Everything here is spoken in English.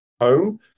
home